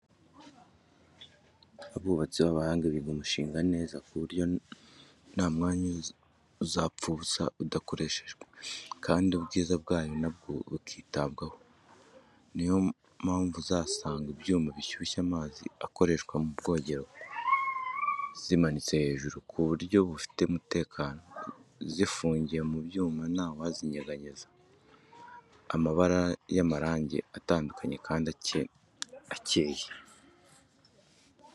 Abubatsi b'abahanga biga umushinga neza ku buryo nta mwanya uzapfa ubusa udakoreshejwe, kandi ubwiza bwayo na bwo bukitabwaho; ni iyo mpamvu uzasanga ibyuma bishyushya amazi akoreshwa mu bwogero zimanitse hejuru, ku buryo bufite umutekano, zifungiye mu byuma nta wazinyeganyeza; amabara y'amarange atandukanye kandi akeye.